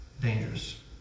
dangerous